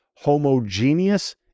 Homogeneous